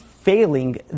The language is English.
failing